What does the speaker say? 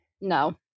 no